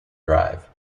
drive